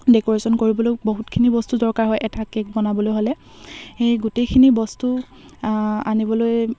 decoration কৰিবলৈ বহুতখিনি বস্তু দৰকাৰ হয় এটা কে'ক বনাবলৈ হ'লে সেই গোটেইখিনি বস্তু আনিবলৈ